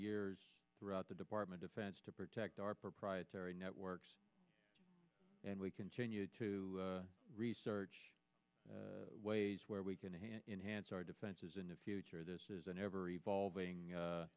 years throughout the department offense to protect our proprietary networks and we continue to research ways where we can enhance our defenses in the future this is an ever evolving